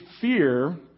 fear